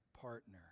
partner